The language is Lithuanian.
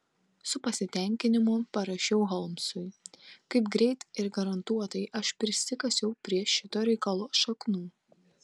su pasitenkinimu parašiau holmsui kaip greit ir garantuotai aš prisikasiau prie šito reikalo šaknų